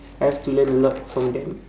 I have to learn a lot from them